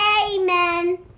Amen